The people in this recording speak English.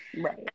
Right